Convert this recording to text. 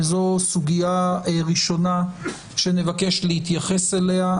וזו סוגיה ראשונה שנבקש להתייחס אליה,